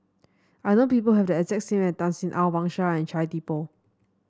I know people who have the exact name as Tan Sin Aun Wang Sha and Chia Thye Poh